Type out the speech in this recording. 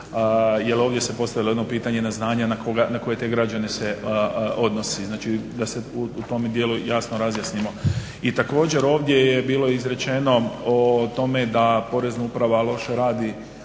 Jer ovdje se postavilo jedno pitanje na znanje, na koga, na koje te građane se odnosi. Znači da se u tome dijelu jasno razjasnimo. I također ovdje je bilo izrečeno o tome da porezna uprava loše radi